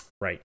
Right